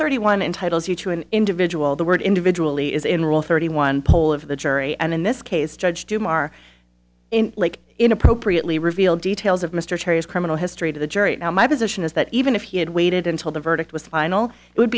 thirty one entitles you to an individual the word individually is in rule thirty one poll of the jury and in this case judge tomorrow like in appropriately revealed details of mr terry's criminal history to the jury now my position is that even if he had waited until the verdict was final it would